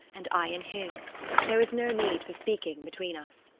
and i in his there was no need for speaking between us.